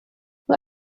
nur